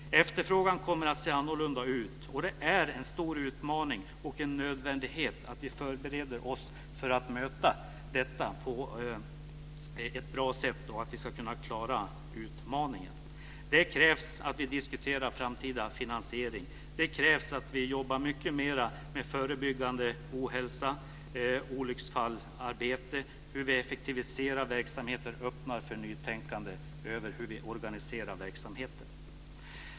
Efterfrågan kommer att se annorlunda ut. Det är en stor utmaning och en nödvändighet att vi förbereder oss för att möta detta detta och på ett bra sätt klara utmaningen. Det krävs att vi diskuterar en framtida finansiering och jobbar mera aktivt för att förebygga ohälsa och olyckor i arbetet, effektiviserar verksamheter och öppnar för nytänkande över hur vi organiserar verksamheten.